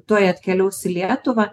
tuoj atkeliaus į lietuvą